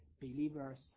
believers